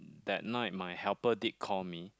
that night my helper did call me